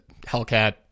Hellcat